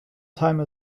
time